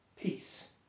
peace